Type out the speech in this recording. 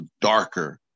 darker